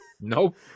Nope